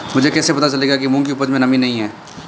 मुझे कैसे पता चलेगा कि मूंग की उपज में नमी नहीं है?